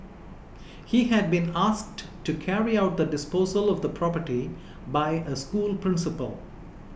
he had been asked to carry out the disposal of the property by a school principal